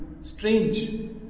Strange